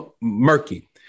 murky